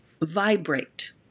vibrate